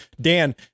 Dan